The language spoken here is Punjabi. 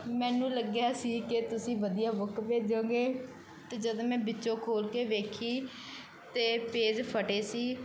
ਮੈਨੂੰ ਲੱਗਿਆ ਸੀ ਕਿ ਤੁਸੀਂ ਵਧੀਆ ਬੁੱਕ ਭੇਜੋਗੇ ਅਤੇ ਜਦੋਂ ਮੈਂ ਵਿੱਚੋਂ ਖੋਲ੍ਹ ਕੇ ਵੇਖੀ ਅਤੇ ਪੇਜ ਫਟੇ ਸੀ